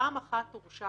פעם הוא הורשע